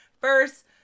First